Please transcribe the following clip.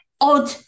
odd